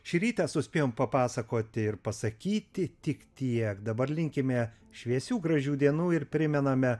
šį rytą suspėjom papasakoti ir pasakyti tik tiek dabar linkime šviesių gražių dienų ir primename